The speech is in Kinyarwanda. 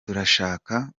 turashaka